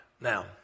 Now